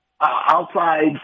outside